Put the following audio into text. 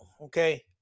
okay